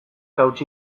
hautsi